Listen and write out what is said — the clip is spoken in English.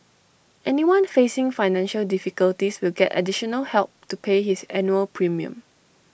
anyone facing financial difficulties will get additional help to pay his annual premium